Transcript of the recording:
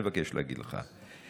אבל אני מבקש להגיד לך,